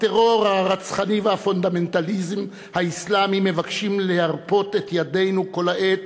הטרור הרצחני והפונדמנטליזם האסלאמי מבקשים לרפות את ידינו כל העת,